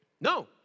No